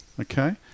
Okay